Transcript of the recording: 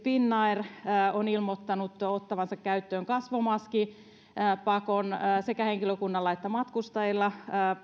finnair esimerkillisesti ilmoittanut lentokoneissaan ottavansa käyttöön kasvomaskipakon sekä henkilökunnalle että matkustajille